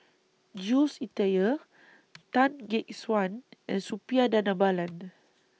Jules Itier Tan Gek Suan and Suppiah Dhanabalan